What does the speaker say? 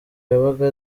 yabaga